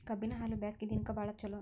ಕಬ್ಬಿನ ಹಾಲು ಬ್ಯಾಸ್ಗಿ ದಿನಕ ಬಾಳ ಚಲೋ